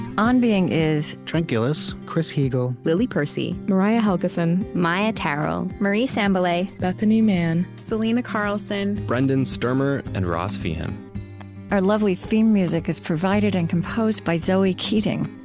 on being is trent gilliss, chris heagle, lily percy, mariah helgeson, maia tarrell, marie sambilay, bethanie mann, selena carlson, brendan stermer, and ross feehan our lovely theme music is provided and composed by zoe keating.